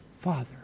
Father